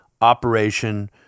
operation